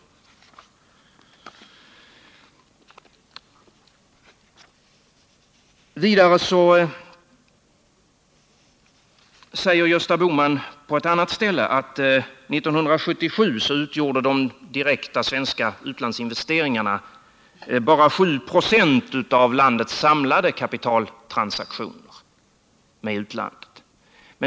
På ett annat ställe säger Gösta Bohman att 1977 utgjorde de direkta svenska utlandsinvesteringarna bara 7 96 av landets samlade kapitaltransaktioner med utlandet.